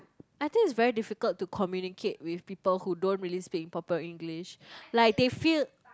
I think is very difficult to communicate with people who don't really speak improper English like they feel